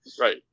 Right